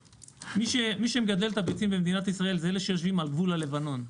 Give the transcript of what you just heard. מי שמגדל את הביצים בישראל זה אלה שיושבים על גבול לבנון.